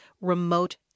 remote